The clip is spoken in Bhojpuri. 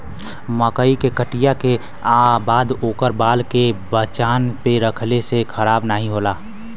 मकई के कटिया के बाद ओकर बाल के मचान पे रखले से खराब नाहीं होला